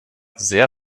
sehr